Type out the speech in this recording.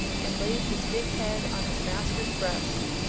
and laid his big head on his master's breast.